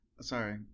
Sorry